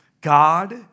God